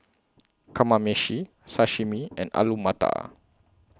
Kamameshi Sashimi and Alu Matar